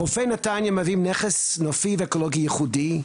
חופי נתניה מהווים נכס נופי ואקולוגי ייחודי.